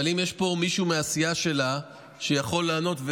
אבל אם יש פה מישהו מהסיעה שלה שיכול לענות,